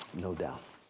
no doubt.